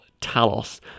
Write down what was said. Talos